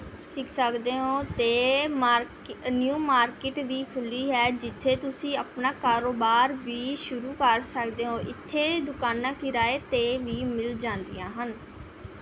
ਸਿੱਖ ਸਕਦੇ ਹੋ ਅਤੇ ਨਿਊ ਮਾਰਕਿਟ ਵੀ ਖੁੱਲ੍ਹੀ ਹੈ ਜਿੱਥੇ ਤੁਸੀਂ ਆਪਣਾ ਕਾਰੋਬਾਰ ਵੀ ਸ਼ੁਰੂ ਕਰ ਸਕਦੇ ਹੋ ਇੱਥੇ ਦੁਕਾਨਾਂ ਕਿਰਾਏ 'ਤੇ ਵੀ ਮਿਲ ਜਾਂਦੀਆਂ ਹਨ